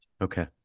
Okay